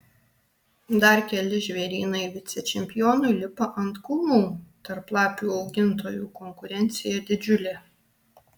dar keli žvėrynai vicečempionui lipa ant kulnų tarp lapių augintojų konkurencija didžiulė